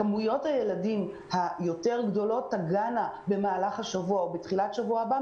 כמויות הילדים היותר גדולות תגענה במהלך השבוע או בתחילת שבוע הבא,